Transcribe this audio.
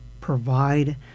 provide